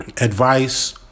Advice